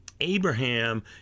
Abraham